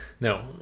No